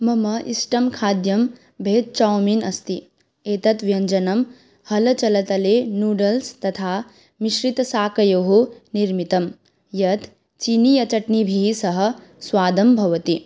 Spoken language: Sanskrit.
मम इस्टं खाद्यं भेद्चौमीन् अस्ति एतत् व्यञ्जनं हलचलतले नूडल्स् तथा मिश्रितशाकयोः निर्मितं यत् चीनीयचट्निभिः सह स्वादं भवति